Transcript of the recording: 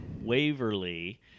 Waverly